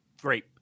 Great